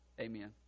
Amen